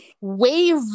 wave